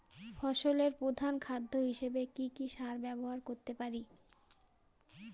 ফসলের প্রধান খাদ্য হিসেবে কি কি সার ব্যবহার করতে পারি?